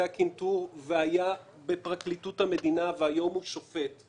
הקנטור והיה בפרקליטות המדינה והיום הוא שופט.